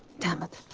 damn it.